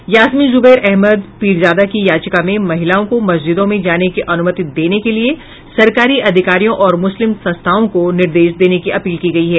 यासमीन जूबैर अहमद पीरजादा की याचिका में महिलाओं को मस्जिदों में जाने की अनुमति देने के लिए सरकारी अधिकारियों और मुस्लिम संस्थाओं को निर्देश देने की अपील की गई है